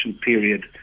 period